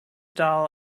dull